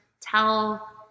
tell